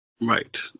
Right